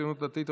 הציונות הדתית,